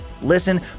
Listen